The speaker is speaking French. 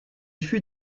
fut